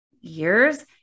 years